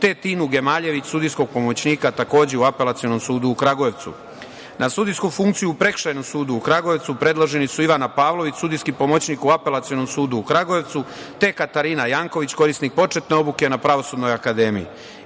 Tinu Gemaljević, sudijskog pomoćnika takođe u Apelacionom sudu u Kragujevcu. Na sudijsku funkciju Prekršajnom sudu u Kragujevcu predloženi su: Ivana Pavlović, sudijsko pomoćnik u Apelacionom sudu u Kragujevcu, Katarina Janković, korisnik početne obuke na Pravosudnoj akademiji. Na